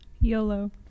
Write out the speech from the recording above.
YOLO